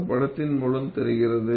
இந்த படத்தின் மூலம் தெரிகிறது